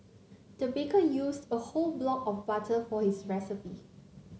the baker used a whole block of butter for his recipe